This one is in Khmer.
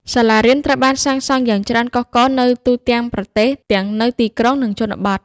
សាលារៀន ត្រូវបានសាងសង់ឡើងយ៉ាងច្រើនកុះករនៅទូទាំងប្រទេស ទាំងនៅទីក្រុង និងជនបទ។